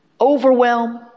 overwhelm